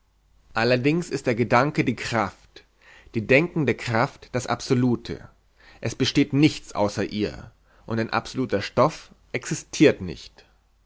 allerdings ist der gedanke die kraft die denkende kraft das absolute es besteht nichts außer ihr und ein absoluter stoff existiert nicht